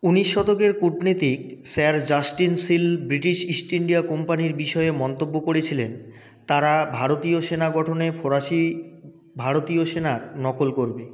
উনিশ শতকের কূটনীতিক Sir Justin Sheil British East India কোম্পানির বিষয়ে মন্তব্য করেছিলেন তারা ভারতীয় সেনা গঠনে ফরাসি ভারতীয় সেনার নকল করবে